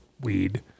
weed